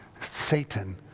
Satan